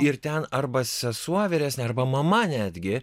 ir ten arba sesuo vyresnė arba mama netgi